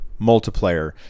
multiplayer